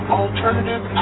alternative